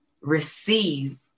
receive